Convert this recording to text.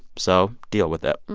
so deal with that.